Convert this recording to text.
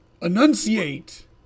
Enunciate